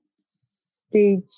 stage